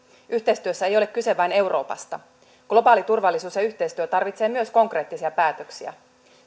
yhteistyössä ei ole kyse vain euroopasta globaali turvallisuus ja yhteistyö tarvitsee myös konkreettisia päätöksiä